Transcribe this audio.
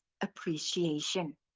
appreciation